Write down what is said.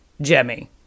jemmy